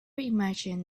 imagined